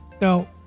Now